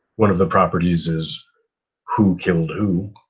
one of the properties is who killed who,